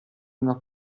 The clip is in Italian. una